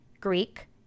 Greek